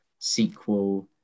SQL